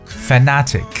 Fanatic